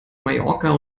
mallorca